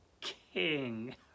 king